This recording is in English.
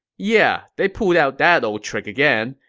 yeah, they pulled out that old trick again,